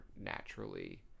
naturally